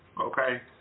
okay